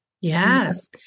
Yes